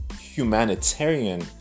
humanitarian